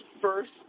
first